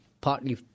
partly